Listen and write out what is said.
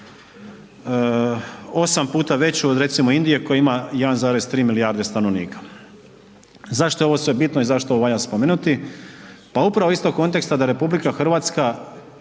8 puta veću od recimo Indije koja ima 1,3 milijarde stanovnika. Zašto je ovo sve bitno i zašto ovo valja spomenuti? Pa upravo iz tog konteksta da RH uza sve